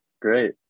Great